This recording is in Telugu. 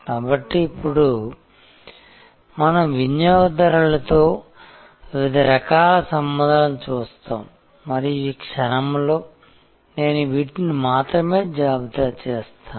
కాబట్టి ఇప్పుడు మనం వినియోగదారులతో వివిధ రకాల సంబంధాలను చూస్తాము మరియు ఈ క్షణంలో నేను వీటిని మాత్రమే జాబితా చేస్తాను